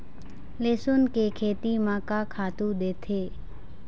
लेसुन के खेती म का खातू देथे?